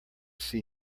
see